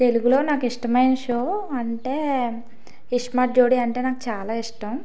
తెలుగులో నాకు ఇష్టమైన షో అంటే ఇస్మార్ట్ జోడి అంటే నాకు చాలా ఇష్టం